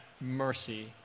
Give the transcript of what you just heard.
mercy